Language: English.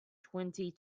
twenty